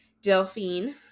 Delphine